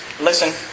listen